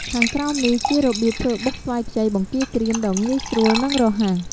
ខាងក្រោមនេះ ជារបៀបធ្វើបុកស្វាយខ្ចីបង្គាក្រៀមដ៏ងាយស្រួល និងរហ័ស។